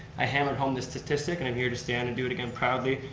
i hammered home this statistic, and i'm here to stand and do it again proudly,